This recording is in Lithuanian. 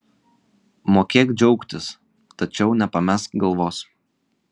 mokėk džiaugtis tačiau nepamesk galvos